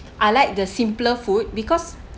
I like the simpler food because